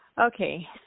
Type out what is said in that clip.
Okay